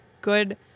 good